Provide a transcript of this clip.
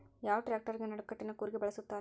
ಯಾವ ಟ್ರ್ಯಾಕ್ಟರಗೆ ನಡಕಟ್ಟಿನ ಕೂರಿಗೆ ಬಳಸುತ್ತಾರೆ?